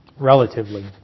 relatively